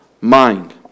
mind